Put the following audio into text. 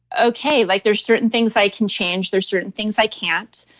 okay, like there's certain things i can change, there's certain things i can't,